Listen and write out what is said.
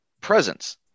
presence